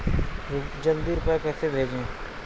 जल्दी रूपए कैसे भेजें?